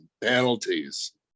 penalties